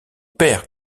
père